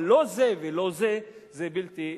אבל לא זה ולא זה, זה בלתי אפשרי.